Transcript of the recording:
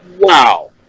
wow